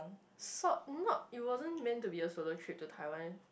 sort not it wasn't meant to be a solo trip to Taiwan